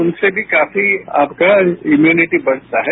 उनसे भी काफी आपका इम्युनिटी बढ़ता है